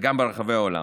וגם ברחבי העולם.